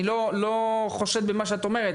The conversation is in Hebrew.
אני לא חושד במה שאת אומרת,